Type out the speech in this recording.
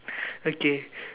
okay